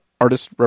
artist